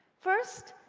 first,